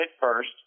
first